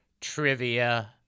trivia